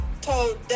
told